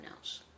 else